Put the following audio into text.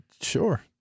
sure